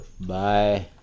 Bye